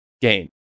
gain